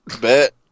Bet